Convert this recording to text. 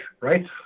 right